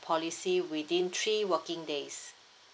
policy within three working days